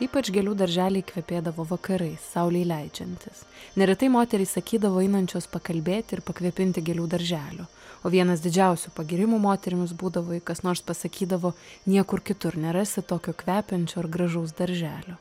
ypač gėlių darželiai kvepėdavo vakarais saulei leidžiantis neretai moterys sakydavo einančios pakalbėti ir pakvepinti gėlių darželio o vienas didžiausių pagyrimų moterims būdavo jei kas nors pasakydavo niekur kitur nerasi tokio kvepiančio ar gražaus darželio